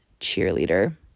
cheerleader